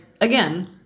again